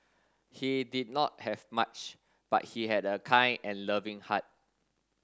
he did not have much but he had a kind and loving heart